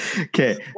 okay